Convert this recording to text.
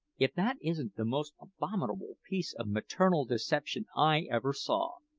if that isn't the most abominable piece of maternal deception i ever saw!